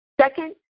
Second